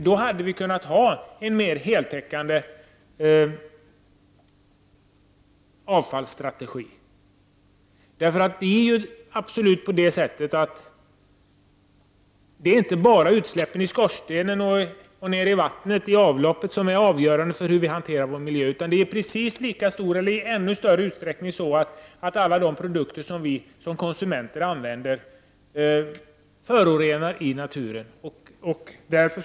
Då hade vi kunnat göra upp en mer heltäckande avfallsstrategi. Det är inte bara utsläppen från skorstenarna och från avloppen ut i vattnet som är avgörande för hur vi hanterar vår miljö. Alla de produkter som vi konsumenter använder förorenar i lika stor utsträckning naturen.